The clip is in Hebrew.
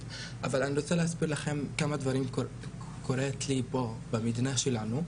רוצה להסביר לכם כמה דברים שקורים לי פה במדינה שלנו.